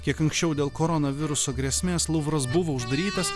kiek anksčiau dėl koronaviruso grėsmės luvras buvo uždarytas